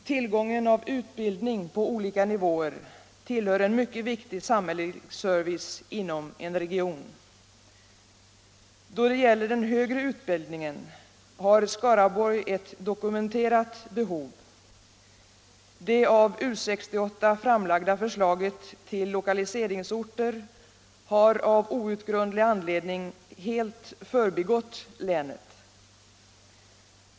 Tillgången av utbildning på olika nivåer tillhör en mycket viktig samhällelig service inom en region. Då det gäller den högre utbildningen har Skaraborg ett dokumenterat behov. Det av U 68 framlagda förslaget till lokaliseringsorter har av outgrundlig anledning helt förbigått länet.